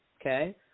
okay